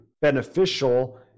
Beneficial